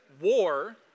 war